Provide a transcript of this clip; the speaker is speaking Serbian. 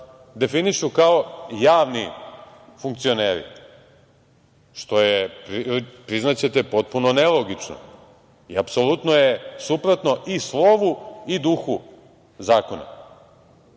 definišu kao javni funkcioneri, što je, priznaćete, potpuno nelogično i apsolutno je suprotno i slovu i duhu zakona. Na